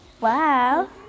Wow